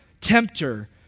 tempter